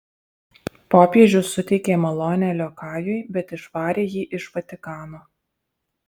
popiežius suteikė malonę liokajui bet išvarė jį iš vatikano